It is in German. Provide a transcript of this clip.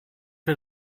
wir